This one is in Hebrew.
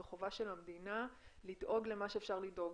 זו חובה של המדינה לדאוג למה שאפשר לדאוג.